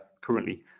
currently